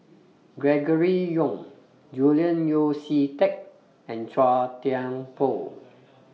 Gregory Yong Julian Yeo See Teck and Chua Thian Poh